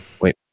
Wait